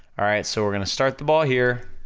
alright, so we're gonna start the ball here,